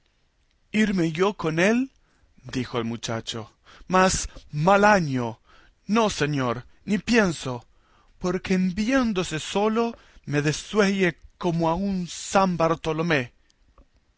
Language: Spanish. irme yo con él dijo el muchacho mas mal año no señor ni por pienso porque en viéndose solo me desuelle como a un san bartolomé